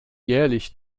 jährlich